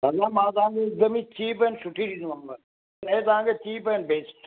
मां तव्हांखे हिकदमि ई चीप ऐं सुठी ॾींदोमांव शइ तव्हांखे चीप ऐं बेस्ट